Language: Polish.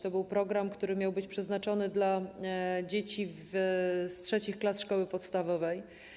To był program, który miał być przeznaczony dla dzieci z III klas szkoły podstawowej.